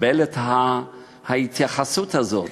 לקבל את ההתייחסות הזאת,